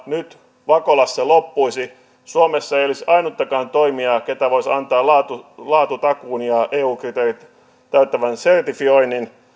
nyt vakolassa loppuisi suomessa ei olisi ainuttakaan toimijaa joka voisi antaa laatutakuun ja eu kriteerit täyttävän sertifioinnin